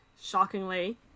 shockingly